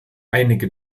einige